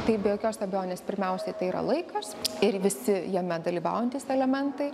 tai be jokios abejonės pirmiausia tai yra laikas ir visi jame dalyvaujantys elementai